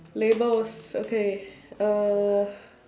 labels okay uh